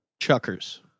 Chuckers